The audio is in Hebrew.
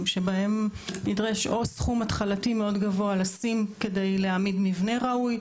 שבהם נדרש לשים סכום התחלתי מאוד גבוה כדי להעמיד מבנה ראוי,